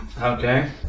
Okay